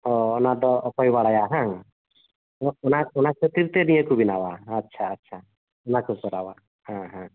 ᱚᱻ ᱚᱱᱟᱫᱚ ᱚᱠᱚᱭ ᱵᱟᱲᱟᱭᱟ ᱦᱮᱸ ᱵᱟᱝ ᱚᱱᱟ ᱚᱱᱟᱠᱷᱟᱹᱛᱤᱨ ᱛᱮ ᱱᱤᱭᱟᱹᱠᱚ ᱵᱮᱱᱟᱣᱟ ᱟᱪᱪᱷᱟ ᱟᱪᱪᱷᱟ ᱚᱱᱟᱠᱚ ᱠᱚᱨᱟᱣᱟ ᱦᱮᱸ ᱦᱮᱸ